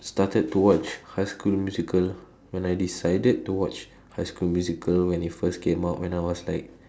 started to watch high school musical when I decided to watch high school musical when it first came out when I was like